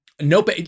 nope